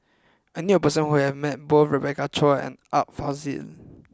I knew a person who has met both Rebecca Chua and Art Fazil